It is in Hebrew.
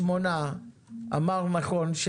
ראש העיר קריית שמונה אמר נכון,